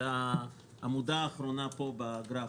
זה העמודה האחרונה בגרף.